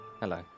Hello